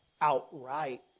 outright